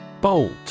Bolt